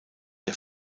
der